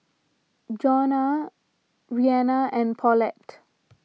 Johnna Reanna and Paulette